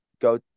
Go